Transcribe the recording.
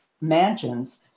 mansions